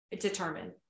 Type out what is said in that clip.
determined